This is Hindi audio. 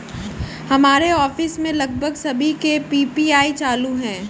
हमारे ऑफिस में लगभग सभी के पी.पी.आई चालू है